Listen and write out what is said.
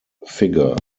figure